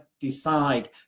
decide